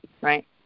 right